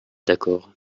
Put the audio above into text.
d’accord